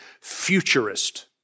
futurist